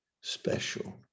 special